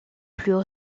plus